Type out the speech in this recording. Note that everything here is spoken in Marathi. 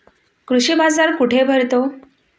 कृषी बाजार कुठे भरतो?